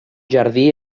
jardí